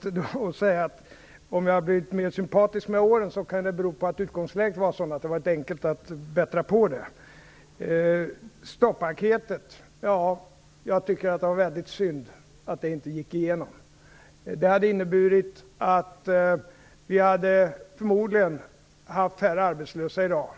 till att säga att om jag har blivit mer sympatisk med åren kan det bero på att utgångsläget var sådant att det har varit enkelt att bättra på det. Jag tycker att det var väldigt synd att stoppaketet inte gick igenom. Det skulle förmodligen ha inneburit att vi hade haft färre arbetslösa i dag.